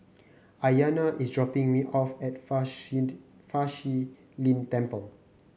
Aiyana is dropping me off at Fa Shi Fa Shi Lin Temple